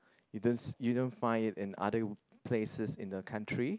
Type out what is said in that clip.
you didn't you don't find in other places in the country